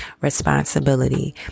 responsibility